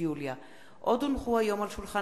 הצעת